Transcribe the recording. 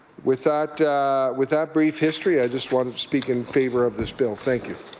with that with that brief history i just wanted to speak in favour of this bill. thank you.